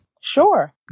Sure